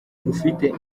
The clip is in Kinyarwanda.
ufite